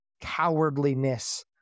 cowardliness